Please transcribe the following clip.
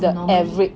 average